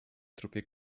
trupie